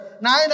nine